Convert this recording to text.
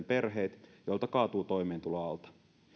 perheet joilta kaatuu toimeentulo alta